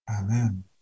Amen